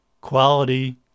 quality